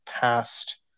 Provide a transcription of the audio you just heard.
past